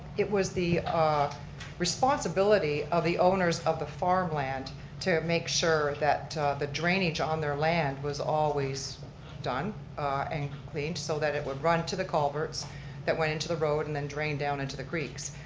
it was the responsibility of the owners of the farmland to make sure that the drainage on their land was always done and cleaned, so that it would run to the culverts that went into the road and then drain down into the creeks.